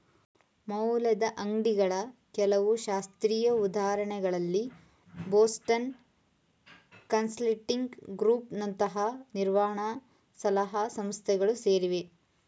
ಮೌಲ್ಯದ ಅಂಗ್ಡಿಗಳ ಕೆಲವು ಶಾಸ್ತ್ರೀಯ ಉದಾಹರಣೆಗಳಲ್ಲಿ ಬೋಸ್ಟನ್ ಕನ್ಸಲ್ಟಿಂಗ್ ಗ್ರೂಪ್ ನಂತಹ ನಿರ್ವಹಣ ಸಲಹಾ ಸಂಸ್ಥೆಗಳು ಸೇರಿವೆ